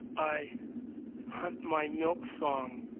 i hunt my milk song,